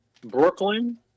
Brooklyn